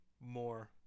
more